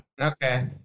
Okay